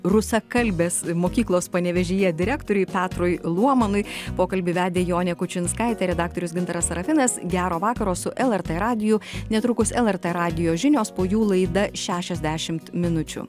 rusakalbės mokyklos panevėžyje direktoriui petrui luomanui pokalbį vedė jonė kučinskaitė redaktorius gintaras serafinas gero vakaro su lrt radiju netrukus lrt radijo žinios po jų laida šešiasdešimt minučių